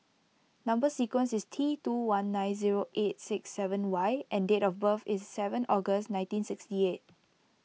Number Sequence is T two one nine zero eight six seven Y and date of birth is seven August nineteen sixty eight